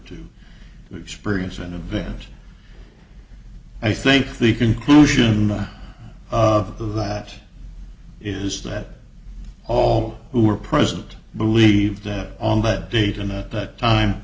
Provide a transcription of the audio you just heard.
to experience an event i think the conclusion of that is that all who were present believe that on that date and at that time